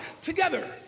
together